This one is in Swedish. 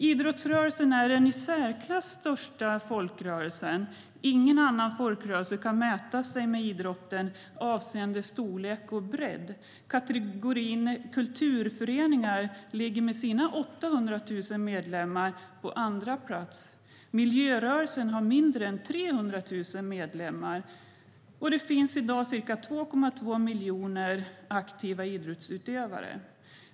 Idrottsrörelsen är den i särklass största folkrörelsen. Ingen annan folkrörelse kan mäta sig med idrotten, avseende storlek och bredd. Kategorin kulturföreningar ligger med sina 800 000 medlemmar på andra plats. Miljörörelsen har mindre än 300 000 medlemmar. Och det finns i dag ca 2,2 miljoner aktiva idrottsutövare.